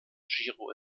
giro